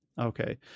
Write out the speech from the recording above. Okay